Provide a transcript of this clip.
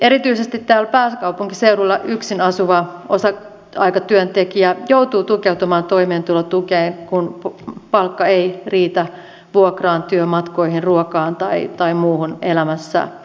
erityisesti täällä pääkaupunkiseudulla yksin asuva osa aikatyöntekijä joutuu tukeutumaan toimeentulotukeen kun palkka ei riitä vuokraan työmatkoihin ruokaan tai muuhun elämässä tarvittavaan